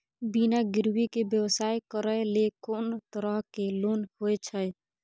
बिना गिरवी के व्यवसाय करै ले कोन तरह के लोन होए छै?